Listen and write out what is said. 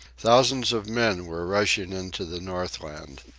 thousands of men were rushing into the northland.